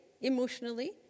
emotionally